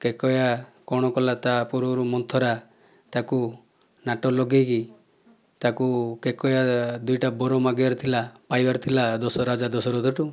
କୈକେୟୀ କଣ କଲା ତା ପୂର୍ବରୁ ମନ୍ଥରା ତାକୁ ନାଟ ଲଗେଇକି ତାକୁ କୈକେୟୀ ଦୁଇ ଟା ବର ମାଗିବାର ଥିଲା ପାଇବାର ଥିଲା ଦସ ରାଜା ଦଶରଥଠୁ